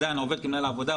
עדיין עובד כמנהל עבודה,